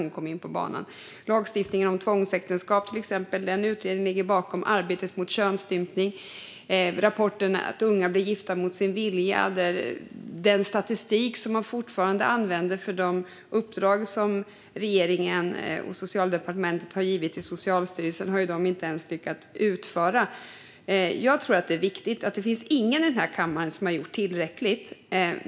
Till exempel fick vi utredningen inför lagstiftningen om tvångsäktenskap, som ligger bakom arbetet mot könsstympning. Vi fick rapporten om att unga blir gifta mot sin vilja. Det finns statistik som fortfarande används för de uppdrag som regeringen och Socialdepartementet har gett till Socialstyrelsen men som de inte har lyckats utföra. Det finns ingen i den här kammaren som har gjort tillräckligt.